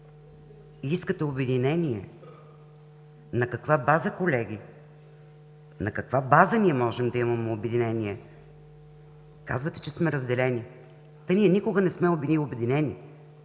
и искате обединение, но на каква база, колеги? На каква база можем да имаме обединение? Казвате, че сме разделени. Та ние никога не сме обединени!